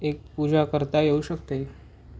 एक पूजा करता येऊ शकते